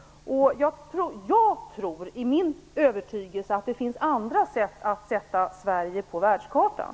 Jag tror - det är min övertygelse - att det finns andra möjligheter att sätta Sverige på världskartan.